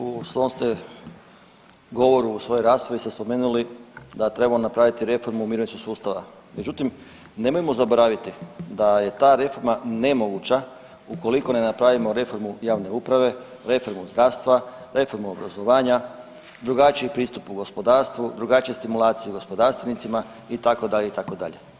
U svom ste govoru u svojoj raspravi spomenuli da trebamo napraviti reformu mirovinskog sustava, međutim nemojmo zaboraviti da je ta reforma nemoguća ukoliko ne napravimo reformu javne uprave, reformu zdravstva, reformu obrazovanja, drugačiji pristup u gospodarstvu, drugačije stimulacije gospodarstvenicima, itd., itd.